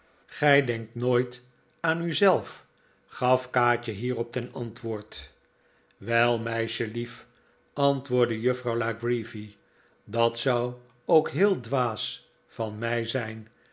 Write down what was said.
gij denkt nooit aan u zelf gaf kaatje hierop ten antwoord wel meisjelief antwoordde juffrouw la creevy dat zou ook heel dwaas van mij zijn